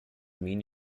mean